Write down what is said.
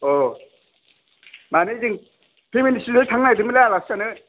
अ माने जों फेमिलि सुददायैनो थांनो नागिरदोंमोनलै आलासि जानो